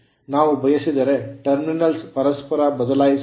ನಾವು ಬಯಸಿದರೆ terminals terminal ಗಳನ್ನು ಪರಸ್ಪರ ಬದಲಾಯಿಸಬಹುದು